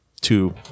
two